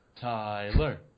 Tyler